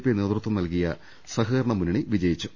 P നേതൃത്വം നൽകിയ സഹകരണ മുന്നണി വിജയിച്ചു